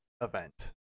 event